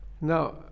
Now